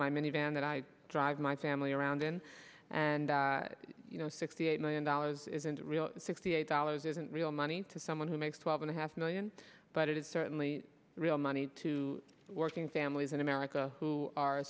my minivan that i drive my family around in and you know sixty eight million dollars isn't real and sixty eight dollars isn't real money to someone who makes twelve and a half million but it is certainly real money to working families in america who are